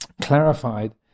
clarified